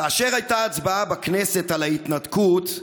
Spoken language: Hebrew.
כאשר הייתה הצבעה בכנסת על ההתנתקות,